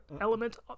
elements